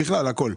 בכלל, הכול.